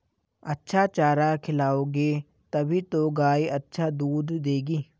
अच्छा चारा खिलाओगे तभी तो गाय अच्छा दूध देगी